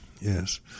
yes